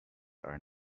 are